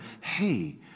hey